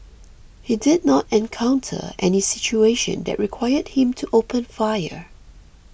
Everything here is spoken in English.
he did not encounter any situation that required him to open fire